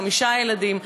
חמישה ילדים.